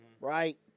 Right